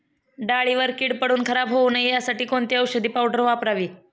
डाळीवर कीड पडून खराब होऊ नये यासाठी कोणती औषधी पावडर वापरावी?